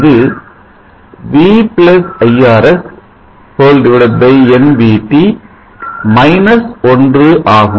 இது v iRs 1 ஆகும்